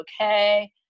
okay